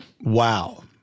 Wow